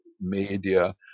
media